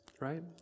Right